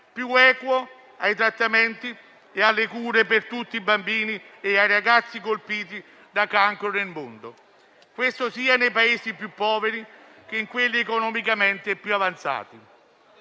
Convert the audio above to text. più equo ai trattamenti e alle cure per tutti i bambini e ragazzi colpiti da cancro nel mondo, sia nei Paesi più poveri che in quelli economicamente più avanzati.